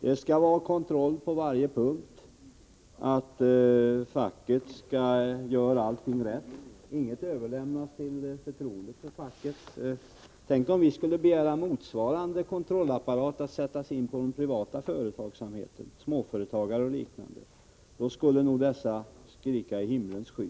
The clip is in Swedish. Det skall vara kontroll på varje punkt av att facket gör allting rätt. Inget överlämnas med förtroende till facket. Tänk, om vi skulle begära motsvarande kontrollapparat att sättas in på den privata företagsamheten, på småföretagare och liknande! Då skulle nog dessa skrika i himlens sky.